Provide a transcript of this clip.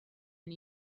and